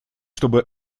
чтобы